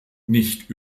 nicht